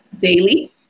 daily